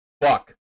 Fuck